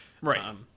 Right